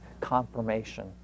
confirmation